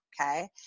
okay